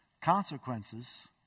consequences